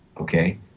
okay